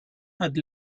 had